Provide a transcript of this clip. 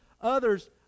others